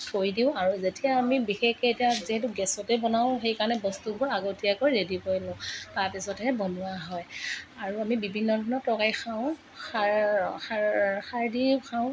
থৈ দিওঁ আৰু যেতিয়া আমি বিশেষকৈ এতিয়া যিহেতু গেছতে বনাওঁ সেইকাৰণে বস্তুবোৰ আগতীয়াকৈ ৰেডি কৰি লওঁ তাৰপিছতহে বনোৱা হয় আৰু আমি বিভিন্ন ধৰণৰ তৰকাৰি খাওঁ খাৰ খাৰ খাৰ দিও খাওঁ